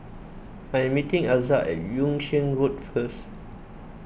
I am meeting Elza at Yung Sheng Road first